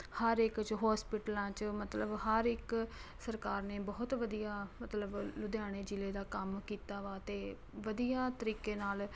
ਹਰ ਇੱਕ 'ਚ ਹੋਸਪਿਟਲਾਂ 'ਚ ਮਤਲਬ ਹਰ ਇੱਕ ਸਰਕਾਰ ਨੇ ਬਹੁਤ ਵਧੀਆ ਮਤਲਬ ਲੁਧਿਆਣੇ ਜ਼ਿਲ੍ਹੇ ਦਾ ਕੰਮ ਕੀਤਾ ਵਾ ਅਤੇ ਵਧੀਆ ਤਰੀਕੇ ਨਾਲ